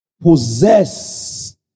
possess